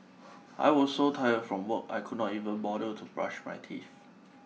I was so tired from work I could not even bother to brush my teeth